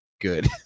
good